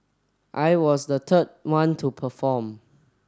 I was the third one to perform